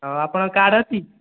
ଆଉ ଆପଣଙ୍କ କାର୍ଡ୍ ଅଛି